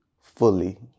fully